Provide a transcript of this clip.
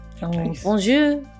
Bonjour